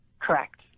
Correct